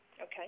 Okay